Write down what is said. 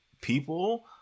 people